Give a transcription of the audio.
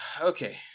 Okay